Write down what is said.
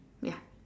ya